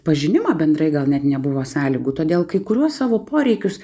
pažinimą bendrai gal net nebuvo sąlygų todėl kai kuriuos savo poreikius